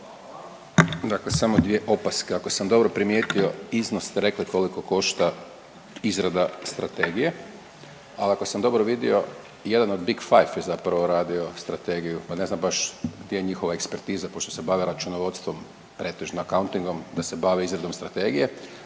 samo dvije opaske. Ako sam dobro primijetio. Iznos ste rekli koliko košta izrada Strategije. Ali ako sam dobro vidio, jedan od Big Five je zapravo radio Strategiju pa ne znam baš gdje je njihova ekspertiza pošto se bave računovodstvo, pretežno accountingom, da se bave izradom Strategije.